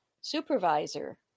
supervisor